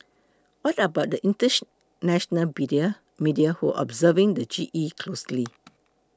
what about the international media who are observing the G E closely